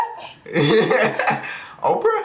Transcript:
Oprah